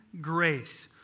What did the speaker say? grace